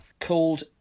called